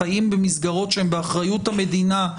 חיים במסגרות שהם באחריות המדינה,